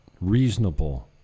reasonable